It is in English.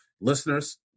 Listeners